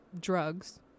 drugs